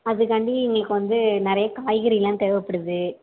அதற்காண்டி எங்களுக்கு வந்து நிறைய காய்கறி எல்லாம் தேவைப்படுது